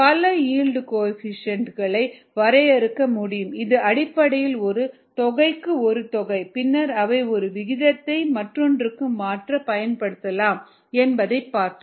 பல yield coefficient களை வரையறுக்க முடியும் இது அடிப்படையில் ஒரு தொகைக்கு ஒரு தொகை பின்னர் அவை ஒரு விகிதத்தை மற்றொன்றுக்கு மாற்ற பயன்படுத்தப்படலாம் என்பதைப் பார்த்தோம்